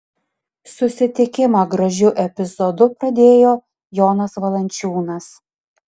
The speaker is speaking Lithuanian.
susitikimą gražiu epizodu pradėjo jonas valančiūnas